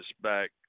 back